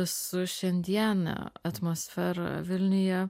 su šiandiene atmosfera vilniuje